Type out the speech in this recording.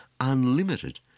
unlimited